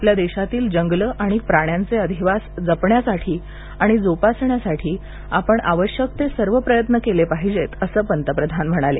आपल्या देशातील जंगलं आणि प्राण्यांचे अधिवास जपण्यासाठी आणि जोपासण्यासाठी आपण आवश्यक ते सर्व प्रयत्न केले पाहिजेत असं पंतप्रधान म्हणाले